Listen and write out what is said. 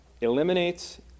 eliminates